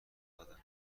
دادم